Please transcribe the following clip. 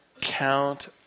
count